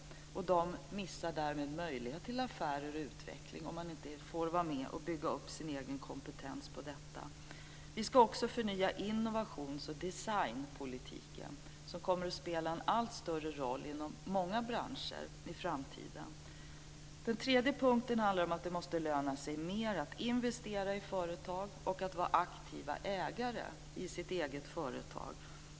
Om de inte får vara med och bygga upp sin egen kompetens på detta område missar de möjligheter till affärer och utveckling. Vi ska också förnya innovations och designpolitiken. Den kommer att spela en allt större roll inom många branscher i framtiden. Den tredje punkten handlar om att det måste löna sig mer att investera i företag och att vara aktiva ägare i sitt eget företag.